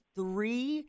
three